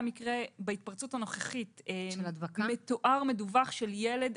בהתפרצות הנוכחית עוד לא היה מקרה מתואר ומדווח של ילד.